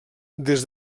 des